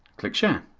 click share.